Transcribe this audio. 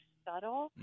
subtle